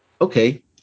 okay